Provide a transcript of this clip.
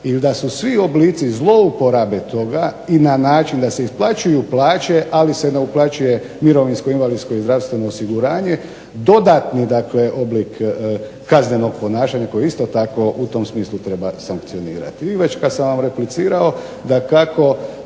Ili da su svi oblici zlouporabe toga i na način da se isplaćuju plaće, ali se ne uplaćuje mirovinsko-invalidsko i zdravstveno osiguranje dodatni, dakle oblik kaznenog ponašanja koji isto tako u tom smislu treba sankcionirati. I već kad sam vam replicirao dakako